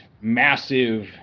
massive